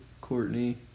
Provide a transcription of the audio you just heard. Courtney